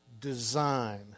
design